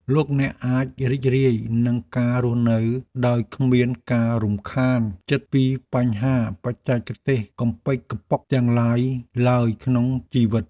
លោកអ្នកអាចរីករាយនឹងការរស់នៅដោយគ្មានការរំខានចិត្តពីបញ្ហាបច្ចេកទេសកំប៉ិកកំប៉ុកទាំងឡាយឡើយក្នុងជីវិត។